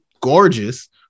gorgeous